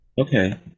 Okay